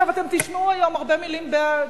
עכשיו, אתם תשמעו היום הרבה מלים בעד.